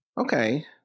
Okay